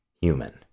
human